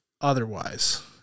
otherwise